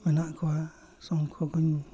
ᱢᱮᱱᱟᱜ ᱠᱚᱣᱟ ᱥᱚᱝᱠᱷᱚ ᱠᱚᱧ